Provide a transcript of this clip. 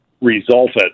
resulted